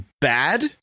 bad